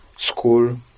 school